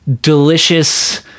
delicious